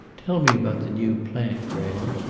tell me about the new plant, graham.